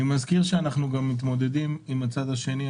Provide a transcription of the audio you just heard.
אני מזכיר שאנחנו גם מתמודדים עם הצד השני.